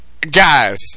guys